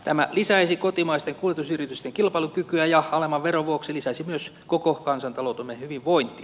tämä lisäisi kotimaisten kuljetusyritysten kilpailukykyä ja alemman veron vuoksi lisäisi myös koko kansantaloutemme hyvinvointia